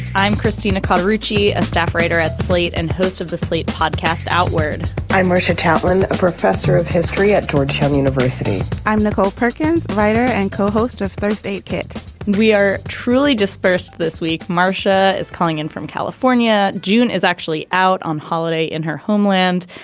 i'm christina ricci a staff writer at slate and host of the slate podcast outward i'm marcia catlin a professor of history at georgetown university i'm nicole perkins writer and co-host of thursday we are truly disperse this week. marcia is calling in from california. june is actually out on holiday in her homeland.